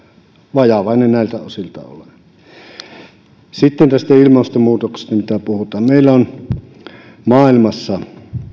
vajavainen näiltä osilta olen sitten tästä ilmastonmuutoksesta mitä puhutaan meillä on maailmassa